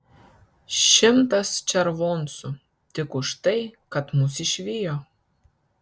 šimtas červoncų tik už tai kad mus išvijo